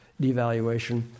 devaluation